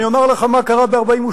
אני אומר לך מה קרה ב-1948.